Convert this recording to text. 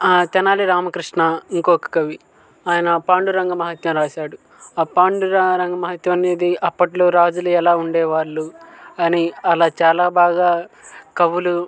తెనాలి రామకృష్ణ ఇంకొక కవి ఆయన పాండురంగ మహత్యం రాశాడు ఆ పాండురంగ మహత్యం అనేది అప్పట్లో రాజులు ఎలా ఉండేవాళ్ళు అని అలా చాలా బాగా కవులు